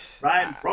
right